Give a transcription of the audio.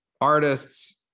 artists